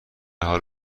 حال